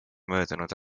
möödunud